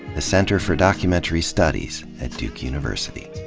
the center for documentary studies at duke university